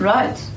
Right